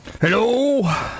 Hello